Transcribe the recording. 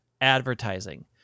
advertising